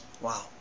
Wow